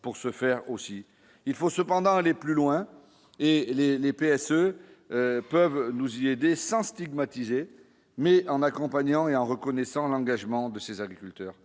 pour se faire aussi, il faut cependant aller plus loin et les les PSE peuvent nous y aider, sans stigmatiser mais en accompagnant et en reconnaissant l'engagement de ces agriculteurs